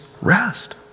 rest